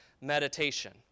meditation